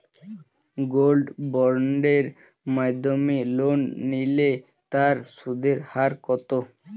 Gold বন্ডের মাধ্যমে loan নিলে তার সুদের হার কত?